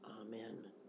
Amen